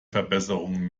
verbesserungen